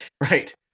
Right